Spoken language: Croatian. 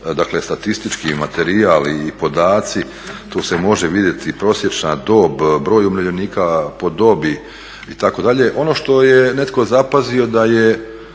dakle statistički materijal i podaci. Tu se može vidjeti prosječna dob, broj umirovljenika po dobi itd. Ono što je netko zapazio da je